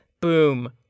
Boom